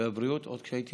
והבריאות עוד כשהייתי,